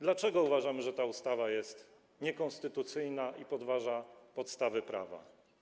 Dlaczego uważamy, że ta ustawa jest niekonstytucyjna i podważa podstawy prawa?